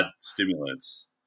Stimulants